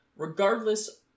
Regardless